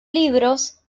libros